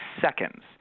seconds